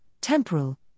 temporal